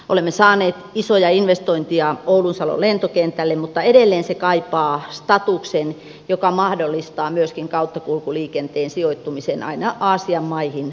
olemme saaneet isoja investointeja oulunsalon lentokentälle mutta edelleen se kaipaa statuksen joka mahdollistaa myöskin kauttakulkuliikenteen sijoittumisen aina aasian maihin